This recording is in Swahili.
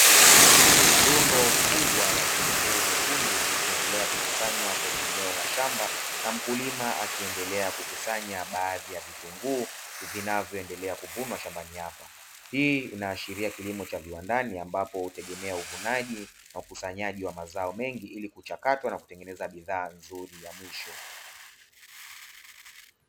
Rundo kubwa la vitunguu vyekundu vikiendelea kukusanywa katika eneo la shamba na mkulima akiendelea kukusanya baadhi ya vitunguu vinavoendelea kuvunwa shambani hapa, hii inaashiria kilimo cha viwandani ambapo inategemea uvunaji na ukusanyaji wa mazao mengi ili kuchakatwa na kutengeneza bidhaa nzuri ya mwisho.